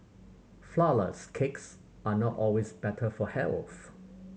flourless cakes are not always better for health